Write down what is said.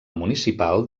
municipal